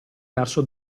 verso